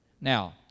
Now